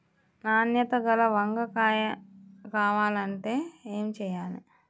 నాణ్యత గల వంగ కాయ కావాలంటే ఏమి చెయ్యాలి?